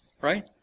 right